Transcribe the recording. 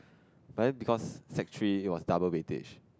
but then because sec three was double weightage